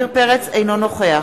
אינו נוכח